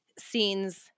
scenes